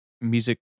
music